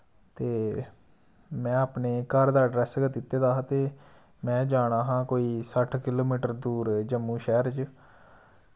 ते मैं अपने घर दा एड्रेस गै दित्ते दा हा ते मैं जाना हा कोई सट्ठ किलोमीटर दूर जम्मू शैह्र च